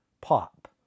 pop